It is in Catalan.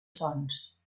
sons